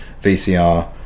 VCR